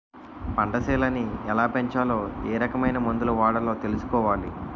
పంటసేలని ఎలాపెంచాలో ఏరకమైన మందులు వాడాలో తెలుసుకోవాలి